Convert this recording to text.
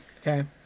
Okay